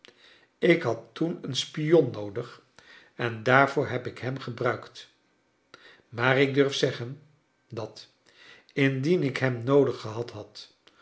ik had toen een spion noodig en daarvoor heb ik hem gebruikt maar ik durf zeggen dat indien ik hem noodig gehad had